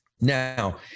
Now